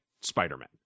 Spider-Man